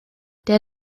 der